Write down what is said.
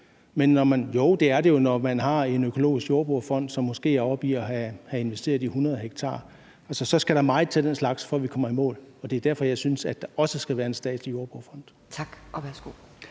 jo, det er det jo, når man har en økologisk jordbrugsfond, som måske er oppe i at have investeret i 100 ha, for så skal der meget til af den slags, for at vi kommer i mål, og det er derfor, jeg synes, at der også skal være en statslig jordbrugsfond. Kl.